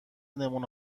نمونه